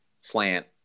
slant